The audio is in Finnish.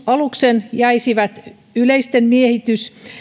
alukset jäisivät yleisten miehitys